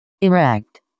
erect